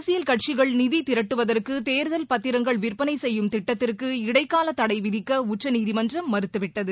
அரசியல் கட்சிகள் நிதி திரட்டுவதற்கு தேர்தல் பத்திரங்கள் விற்பனை செய்யும் திட்டத்திற்கு இடைக்காலத் தடை விதிக்க உச்சநீதிமன்றம் மறுத்துவிட்டது